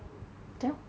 then